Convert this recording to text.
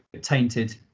tainted